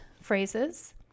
phrases